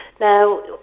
Now